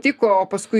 tiko o paskui